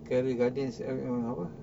career gardens apa